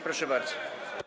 Proszę bardzo.